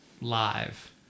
live